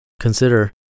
Consider